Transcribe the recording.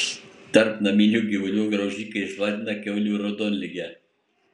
tarp naminių gyvulių graužikai išplatina kiaulių raudonligę